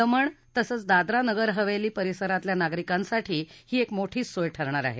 दमण तसंच दादरा नगर हवेली परिसरातल्या नागरिकांसाठी ही एक मोठीच सोय ठरणार आहे